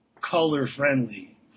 color-friendly